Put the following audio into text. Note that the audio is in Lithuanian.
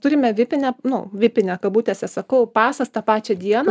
turime vipinę nu vipinę kabutėse sakau pasas tą pačią dieną